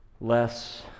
less